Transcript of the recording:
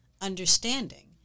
understanding